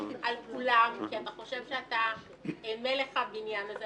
על כולם כי אתה חושב שאתה מלך הבניין הזה.